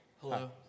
Hello